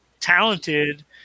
talented